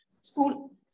school